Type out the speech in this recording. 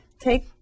take